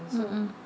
mm mm